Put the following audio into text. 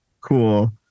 cool